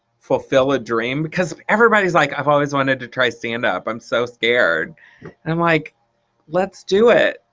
fulfill a dream. because everybody's like i've always wanted to try stand up i'm so scared. and i'm like let's do it.